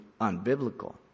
unbiblical